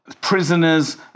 prisoners